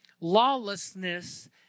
lawlessness